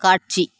காட்சி